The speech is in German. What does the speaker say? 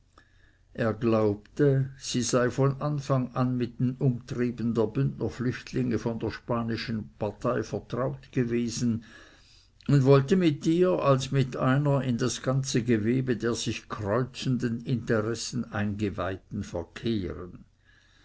er glaubte sie sei von anfang an mit den umtrieben der bündnerflüchtlinge von der spanischen partei vertraut gewesen und wollte mit ihr als mit einer in das ganze gewebe der sich kreuzenden interessen eingeweihten verkehren